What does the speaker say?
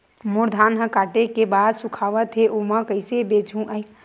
मोर धान ह काटे के बाद सुखावत हे ओला कइसे बेचहु?